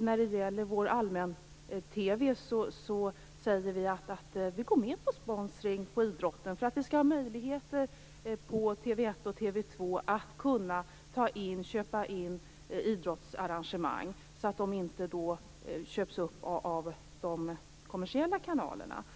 När det gäller vår allmän-TV säger vi att vi går med på sponsring av idrotten för att TV 1 och TV 2 skall ha möjlighet att köpa in idrottsarrangemang så att de inte köps upp av de kommersiella kanalerna.